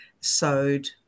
sowed